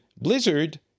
Blizzard